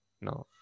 No